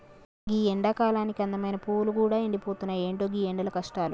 గీ ఎండకాలానికి అందమైన పువ్వులు గూడా ఎండిపోతున్నాయి, ఎంటో గీ ఎండల కష్టాలు